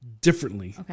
differently